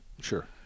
Sure